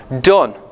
done